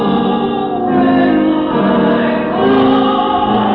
oh oh